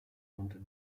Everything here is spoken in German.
unter